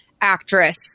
actress